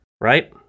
right